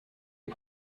les